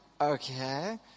okay